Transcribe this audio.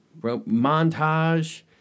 montage